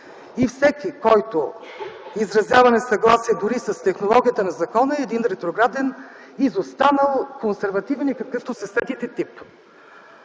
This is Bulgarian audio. и всеки, който изразява несъгласие дори с технологията на закона, е един ретрограден, изостанал, консервативен, и какъвто се сетите тип.